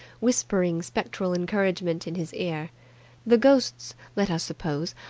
whispering spectral encouragement in his ear the ghosts, let us suppose,